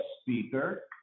speaker